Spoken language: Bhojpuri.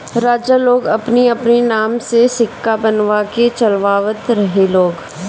राजा लोग अपनी अपनी नाम के सिक्का बनवा के चलवावत रहे लोग